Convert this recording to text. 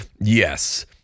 Yes